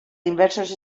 diversos